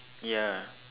ya